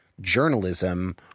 journalism